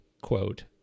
quote